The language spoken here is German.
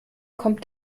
kommt